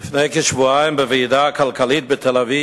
לפני כשבועיים אמר ראש הממשלה נתניהו בוועידה הכלכלית בתל-אביב,